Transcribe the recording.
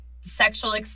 sexual